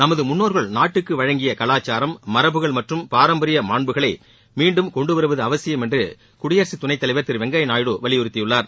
நமது முன்னோர்கள் நாட்டுக்கு வழங்கிய கலாச்சாரம் மரபுகள் மற்றும் பாரம்பரிய மாண்புகளை மீண்டும் கொண்டுவருவது அவசியம் என்று குடியரசு துணைத் தலைவர் திரு வெங்கையா நாயுடு வலியுறுத்தியுள்ளார்